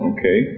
Okay